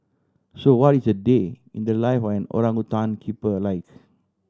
so what is a day in the life of an orangutan keeper like